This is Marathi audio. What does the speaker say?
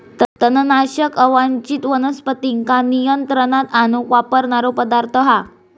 तणनाशक अवांच्छित वनस्पतींका नियंत्रणात आणूक वापरणारो पदार्थ हा